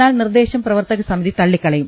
എന്നാൽ നിർദ്ദേശം പ്രവർത്തകസമിതി തള്ളിക്കളയും